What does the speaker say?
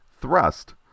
Thrust